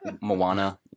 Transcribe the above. Moana